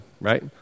right